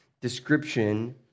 description